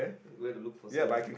going to look for some